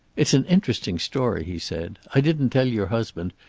it's an interesting story, he said. i didn't tell your husband,